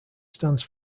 stands